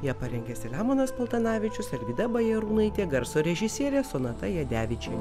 ją parengė selemonas paltanavičius alvyda bajarūnaitė garso režisierė sonata jadevičienė